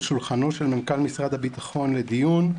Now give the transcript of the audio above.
שולחנו של מנכ"ל משרד הביטחון לדיון.